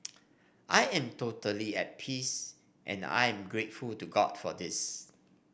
I am totally at peace and I'm grateful to God for this